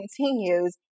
continues